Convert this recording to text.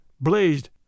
blazed